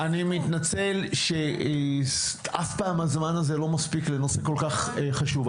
אני מתנצל שאף פעם הזמן הזה לא מספיק לנושא כל כך חשוב.